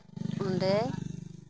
ᱚᱸᱰᱮ